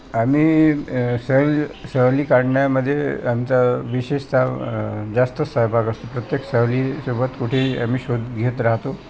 आम्ही सहल सहली काढण्यामध्ये आमचा विशेषतः जास्त सहभाग असतो प्रत्येक सहलीसोबत कुठेही आम्ही शोध घेत राहतो